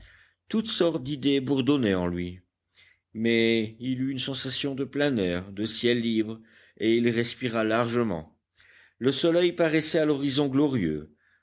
toutes sortes d'idées bourdonnaient en lui mais il eut une sensation de plein air de ciel libre et il respira largement le soleil paraissait à l'horizon glorieux